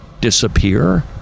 disappear